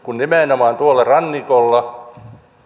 kun nimenomaan rannikolla